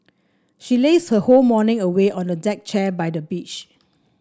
she lazed her whole morning away on a deck chair by the beach